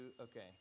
Okay